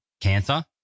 cancer